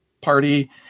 party